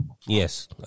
Yes